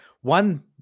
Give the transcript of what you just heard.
one